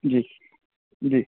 जी जी